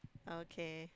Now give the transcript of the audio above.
okay